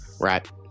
Right